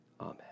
Amen